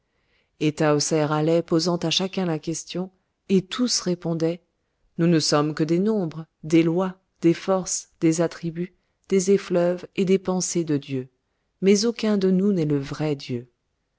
et tahoser allait posant à chacun la question et tous répondaient nous ne sommes que des nombres des lois des forces des attributs des effluves et des pensées de dieu mais aucun de nous n'est le vrai dieu